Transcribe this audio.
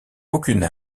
aucune